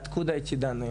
אומר דברים בשפה הרוסית.